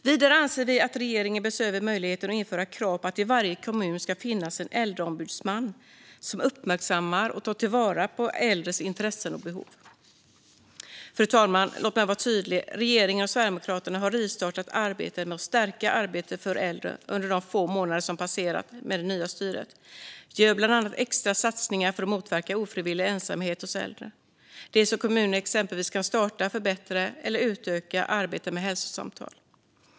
Vidare anser vi att regeringen bör se över möjligheten att införa krav på att det i varje kommun ska finnas en äldreombudsman som uppmärksammar och tar vara på äldres intressen och behov. Fru talman! Låt mig vara tydlig: Regeringen och Sverigedemokraterna har rivstartat arbetet med att stärka insatserna för äldre under de få månader som passerat med det nya styret. Vi gör bland annat extra satsningar för att motverka ofrivillig ensamhet hos äldre. Det handlar exempelvis om att kommunerna kan starta, förbättra eller utöka arbetet med hälsosamtal.